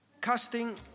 Casting